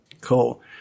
Cool